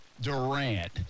Durant